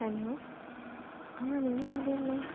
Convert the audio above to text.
hello നിങ്ങള് എവിടെയാണുള്ളത്